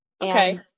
Okay